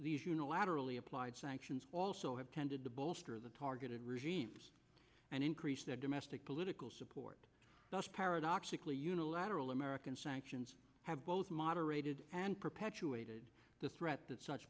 these unilaterally applied sanctions also have tended to bolster the targeted regime and increase their domestic political support thus paradoxically unilateral american sanctions have both moderated and perpetuated the threat that such